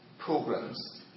Programs